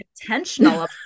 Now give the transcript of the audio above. intentional